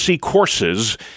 courses